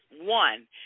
one